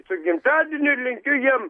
su gimtadieniu linkiu jiem